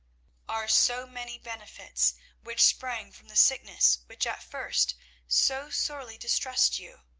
are so many benefits which sprang from the sickness which at first so sorely distressed you.